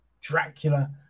Dracula